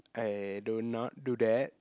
I do not do that